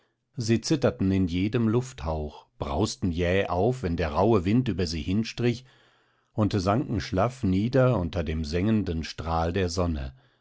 sie zitterten in jedem lufthauch brausten jäh auf wenn der rauhe wind über sie hinstrich und sanken schlaff nieder unter dem sengenden strahl der sonne